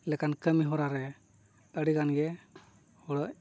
ᱞᱮᱠᱟᱱ ᱠᱟᱹᱢᱤ ᱦᱚᱨᱟᱨᱮ ᱟᱹᱰᱤᱜᱟᱱ ᱜᱮ ᱦᱩᱲᱟᱜ